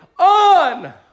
on